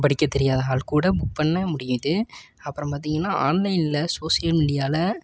படிக்க தெரியாத ஆள் கூட புக் பண்ண முடியுது அப்புறம் பார்த்தீங்கன்னா ஆன்லைனில் சோஷியல் மீடியாவில்